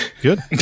Good